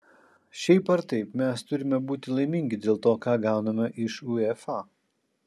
šiaip ar taip mes turime būti laimingi dėl to ką gauname iš uefa